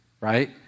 right